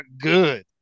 good